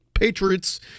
Patriots